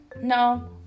No